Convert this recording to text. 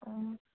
অঁ